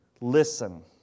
Listen